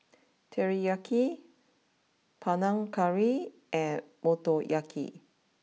Teriyaki Panang Curry and Motoyaki